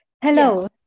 hello